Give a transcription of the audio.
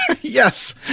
Yes